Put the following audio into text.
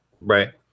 Right